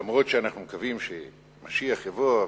למרות שאנחנו מקווים שמשיח יבוא,